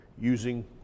using